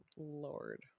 lord